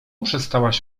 przestałaś